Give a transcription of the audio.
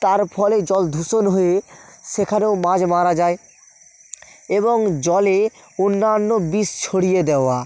তার ফলে জলদূষণ হয়ে সেখানেও মাছ মারা যায় এবং জলে অন্যান্য বিষ ছড়িয়ে দেওয়া